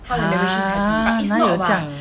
!huh! 哪里有这样